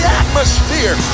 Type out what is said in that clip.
atmosphere